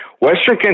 Western